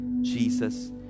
Jesus